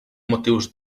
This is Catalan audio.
motius